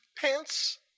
pants